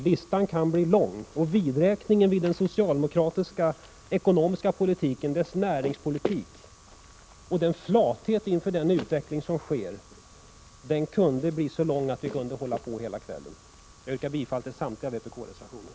Listan kan bli lång, och vidräkningen med den socialdemokratiska ekonomiska politiken, dess näringspolitik och flatheten inför den utveckling som sker kunde bli så omfattande att vi skulle kunna hålla på hela kvällen. Jag yrkar bifall till samtliga vpk-reservationer.